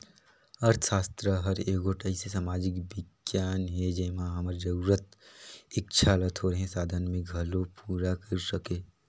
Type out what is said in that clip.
अर्थसास्त्र हर एगोट अइसे समाजिक बिग्यान हे जेम्हां हमर जरूरत, इक्छा ल थोरहें साधन में घलो पूरा कइर सके